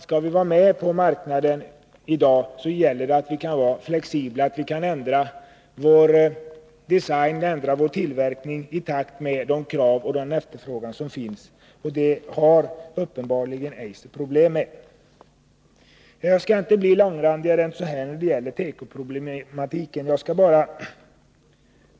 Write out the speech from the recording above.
Skall vi vara med på marknaden i dag, gäller det att vi är flexibla och kan ändra vår design och tillverkning i takt med de krav som ställs och den efterfrågan som förekommer. Det har Eiser uppenbarligen problem med. Jag skall inte bli långrandigare än så här när det gäller tekoproblematiken.